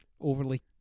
overly